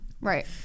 right